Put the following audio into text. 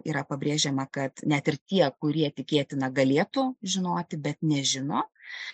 yra pabrėžiama kad net ir tie kurie tikėtina galėtų žinoti bet nežino